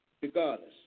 regardless